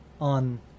on